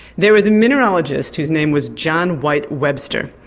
there was a mineralogist whose name was john white webster.